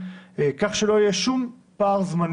אני עובר בכל הוועדות.